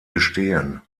bestehen